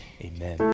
Amen